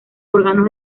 órganos